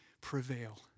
prevail